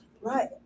Right